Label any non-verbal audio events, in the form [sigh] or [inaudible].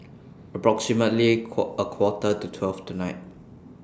approximately [unintelligible] A Quarter to twelve tonight